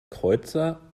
kreuzer